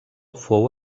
fou